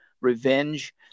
revenge